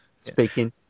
speaking